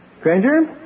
Granger